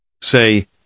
Say